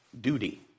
duty